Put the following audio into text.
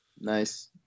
Nice